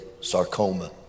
sarcoma